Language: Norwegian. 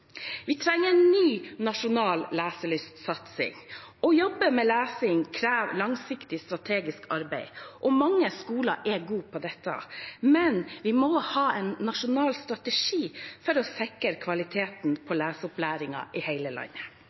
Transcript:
Vi trenger en ny nasjonal leselystsatsing. Å jobbe med lesing krever langsiktig, strategisk arbeid. Mange skoler er gode på dette, men vi må ha en nasjonal strategi for å sikre kvaliteten på leseopplæringen i hele landet.